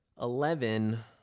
Eleven